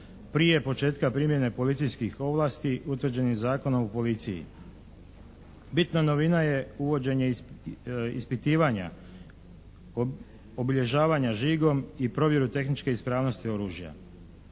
prije početka primjene policijskih ovlasti utvrđenih Zakonom o policiji. Bitna novina je uvođenje ispitivanja, obilježavanja žigom i provjere tehničke ispravnosti oružja.